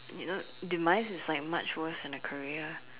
you know demise is like much worse than a career